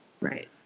Right